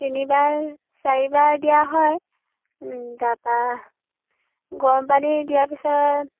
তিনিবাৰ চাৰিবাৰ দিয়া হয় তাপা গৰম পানী দিয়াৰ পিছত